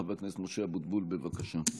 חבר הכנסת משה אבוטבול, בבקשה.